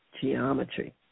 geometry